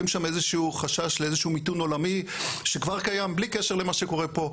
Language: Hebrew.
שם איזה שהוא חשש לאיזה מיתון עולמי שכבר קיים בלי קשר למה שקורה פה,